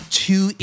two